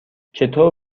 چطور